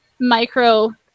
micro